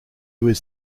was